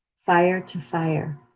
fire to fire,